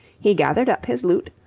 he gathered up his loot,